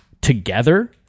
together